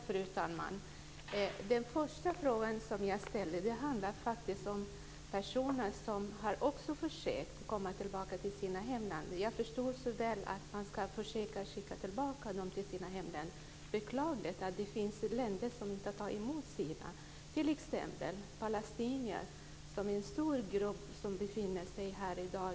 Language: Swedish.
Fru talman! Min första fråga handlade faktiskt om personer som också har försökt att komma tillbaka till sina hemländer. Jag förstår så väl att man ska försöka skicka tillbaka dem till sina hemländer. Det är beklagligt att det finns länder som inte tar emot de sina. Palestinier är en stor grupp som befinner sig här i dag.